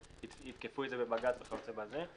ויתקפו את זה בבג"ץ וכיוצא בזה.